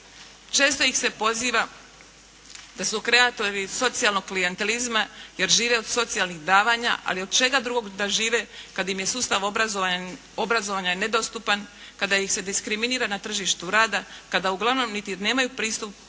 Često ih se poziva da su kreatori socijalnog klijentelizma jer žive od socijalnih davanja ali od čega drugog da žive kada im je sustav obrazovanja nedostupan, kada ih se diskriminira na tržištu rada. Kada uglavnom niti nemaju pristup